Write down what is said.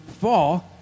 fall